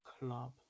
club